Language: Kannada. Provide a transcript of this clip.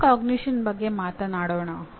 ಮೆಟಾಕಾಗ್ನಿಷನ್ ಬಗ್ಗೆ ಮಾತನಾಡೋಣ